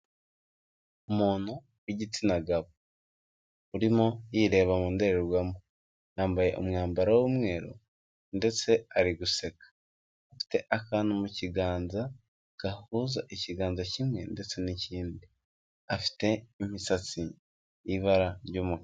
Umuntu w'igitsina gabo urimo yireba mu ndorerwamo, yambaye umwambaro w'umweru ndetse ari guseka, afite akantu mu kiganza gahuza ikiganza kimwe ndetse n'ikindi, afite imisatsi y'ibara ry'umukara.